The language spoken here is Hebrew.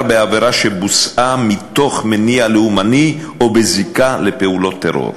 בעבירה שבוצעה מתוך מניע לאומני או בזיקה לפעולות טרור.